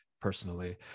personally